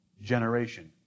generation